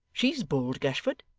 she's bold, gashford